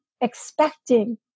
expecting